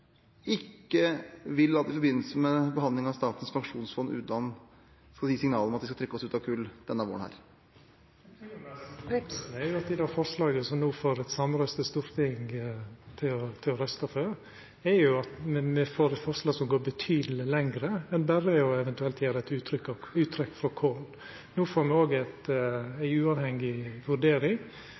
vil at vi i forbindelse med behandlingen av Statens pensjonsfond utland skal gi signal om at vi skal trekke oss ut av kull denne våren? Den klimamessige grunngjevinga er jo at me når det gjeld det forslaget som me no får eit samrøystes storting til å røysta for, får eit forslag som går betydeleg lenger enn berre det eventuelt å gjera eit uttrekk frå kol. No får me òg ei uavhengig vurdering